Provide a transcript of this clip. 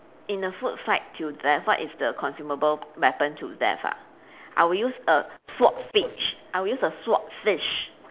in a food fight to death what is the consumable weapon to death ah I'll use a swordfish I'll use a swordfish